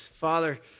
Father